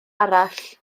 arall